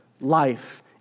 life